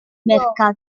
mercato